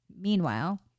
Meanwhile